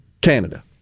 Canada